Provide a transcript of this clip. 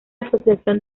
asociación